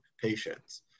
patients